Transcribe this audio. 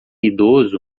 idoso